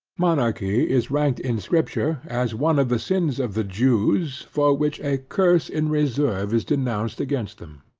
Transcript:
monarchy is ranked in scripture as one of the sins of the jews, for which a curse in reserve is denounced against them.